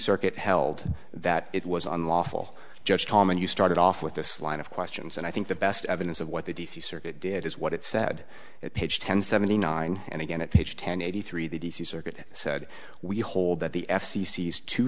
circuit held that it was unlawful judge tom and you started off with this line of questions and i think the best evidence of what the d c circuit did is what it said at page ten seventy nine and again at page ten eighty three the d c circuit said we hold that the f c c is two